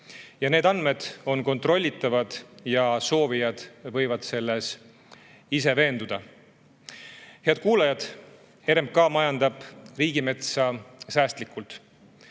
Need andmed on kontrollitavad ja soovijad võivad selles ise veenduda. Head kuulajad! RMK majandab riigimetsa säästlikult.